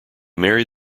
married